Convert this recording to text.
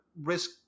risk